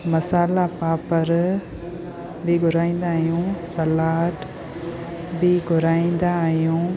मसाला पापड़ बि घुराईंदा आहियूं सलाद बि घुराईंदा आहियूं